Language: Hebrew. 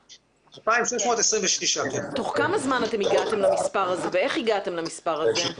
תוך כמה זמן אתם הגעתם למספר הזה ואיך הגעתם למספר הזה?